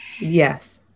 yes